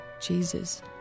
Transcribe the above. Jesus